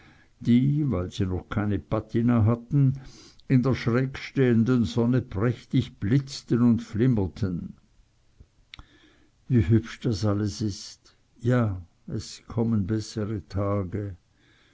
die weil sie noch keine patina hatten in der schrägstehenden sonne prächtig blitzten und flimmerten wie hübsch das alles ist ja es kommen bessere tage